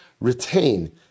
retain